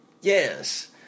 yes